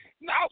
No